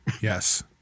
Yes